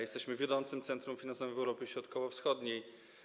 Jesteśmy wiodącym centrum finansowym w Europie Środkowo-Wschodniej.